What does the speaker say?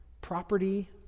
property